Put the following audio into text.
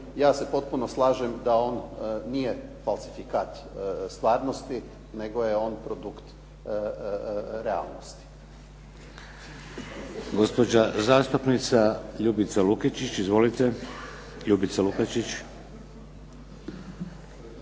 ja se potpuno slažem da on nije falsifikat stvarnosti, nego je on produkt realnosti. **Šeks, Vladimir (HDZ)** Gospođa zastupnica Ljubica Lukačić. Izvolite. **Lukačić,